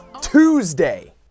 Tuesday